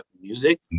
Music